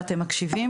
ואתם מקשיבים.